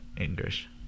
english